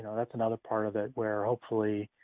that's another part of it we're hopefully